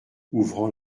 ouvrant